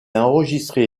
enregistré